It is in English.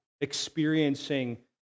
experiencing